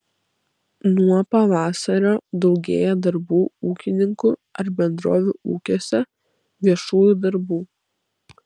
nuo pavasario daugėja darbų ūkininkų ar bendrovių ūkiuose viešųjų darbų